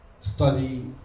study